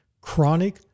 chronic